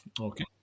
okay